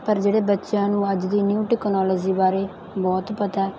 ਪਰ ਜਿਹੜੇ ਬੱਚਿਆਂ ਨੂੰ ਅੱਜ ਦੀ ਨਿਊ ਟਕਨੋਲਜੀ ਬਾਰੇ ਬਹੁਤ ਪਤਾ